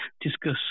discuss